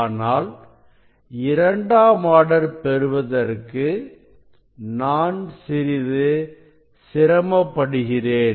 ஆனால் இரண்டாம் ஆர்டர் பெறுவதற்கு நான் சிறிது சிரமப்படுகிறேன்